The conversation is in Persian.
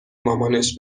مامانش